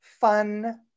fun